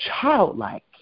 childlike